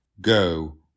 Go